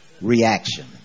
reaction